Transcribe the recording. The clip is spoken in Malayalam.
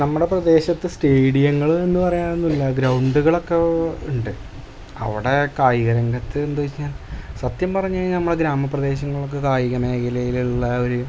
നമ്മുടെ പ്രദേശത്ത് സ്റ്റേഡിയങ്ങളെന്നു പറയാനൊന്നുമില്ല ഗ്രൗണ്ടുകളൊക്കെ ഉണ്ട് അവിടെ കായിക രംഗത്ത് എന്ത്ച്ച്ഞ സത്യം പറഞ്ഞു കഴിഞ്ഞാൽ നമ്മുടെ ഗ്രാമപ്രദേശങ്ങളിലൊക്കെ കായിക മേഖലയിലുളള ആ ഒരു